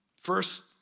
First